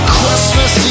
Christmas